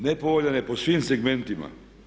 Nepovoljan je po svim segmentima.